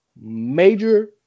major